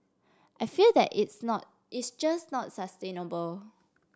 I feel that it's not it's just not sustainable